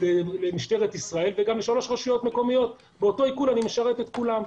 למשטרת ישראל וגם לשלוש רשויות מקומיות באותו עיקול אני משרת את כולם.